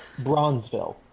Bronzeville